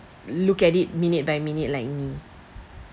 look at it minute by minute like me